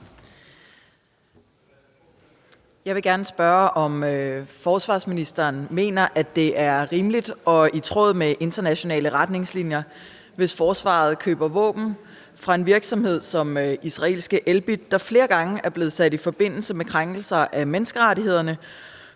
(EL): Mener ministeren, at det er rimeligt og i tråd med internationale retningslinjer, hvis Forsvaret køber våben fra en virksomhed som israelske Elbit, der flere gange er sat i forbindelse med krænkelser af menneskerettighederne,